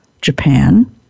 Japan